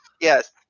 Yes